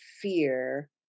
fear